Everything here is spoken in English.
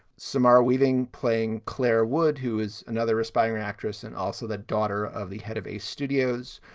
samarrah weaving, playing claire wood, who is another aspiring actress and also the daughter of the head of a studios.